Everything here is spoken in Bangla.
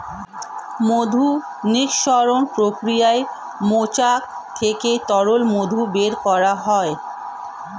মধু নিষ্কাশণ প্রক্রিয়াতে মৌচাক থেকে তরল মধু বের করা হয়